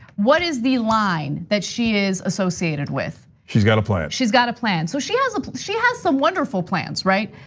what is the line that she is associated with? she's got a plan. she's got a plan, so she has she has some wonderful plans, right?